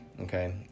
Okay